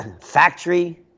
factory